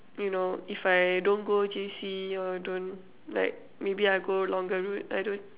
you know if I don't go J_C you're don't like maybe I go longer route I don't